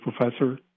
professor